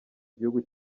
gihugu